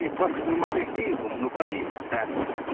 ए बस्नु मात्रै कि घुम्नु पनि चाहनुहुन्छ